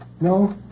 No